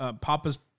Papa's